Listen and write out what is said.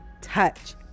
touch